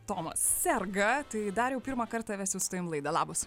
tomas serga tai dariau pirmą kartą vesiu su tavim laidą labas